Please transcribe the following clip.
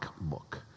book